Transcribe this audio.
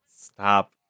stop